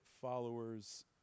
followers